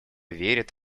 верит